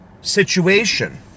situation